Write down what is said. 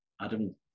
Adam